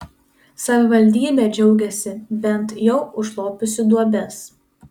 savivaldybė džiaugiasi bent jau užlopiusi duobes